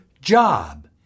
job